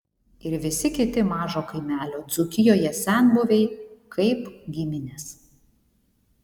ir visi kiti mažo kaimelio dzūkijoje senbuviai kaip giminės